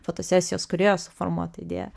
fotosesijos kūrėjo suformuotą idėją